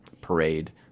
parade